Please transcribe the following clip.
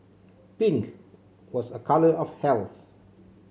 pink was a colour of health